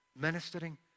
Ministering